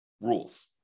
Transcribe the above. rules